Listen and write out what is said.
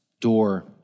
door